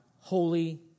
holy